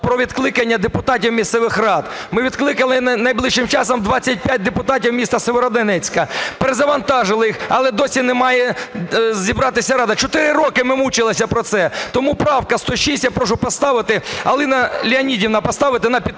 про відкликання депутатів місцевих рад. Ми відкликали найближчим часом 25 депутатів міста Сєвєродонецька, перезавантажили їх, але досі не має зібратися рада. Чотири роки ми мучилися про це! Тому правку 106 я прошу поставити, Аліна Леонідівна, поставити на підтвердження,